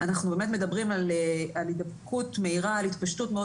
אנחנו באמת מדברים על הידבקות מהירה ועל התפשטות מאוד